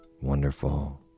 wonderful